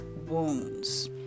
wounds